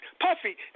Puffy